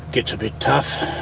gets a bit tough.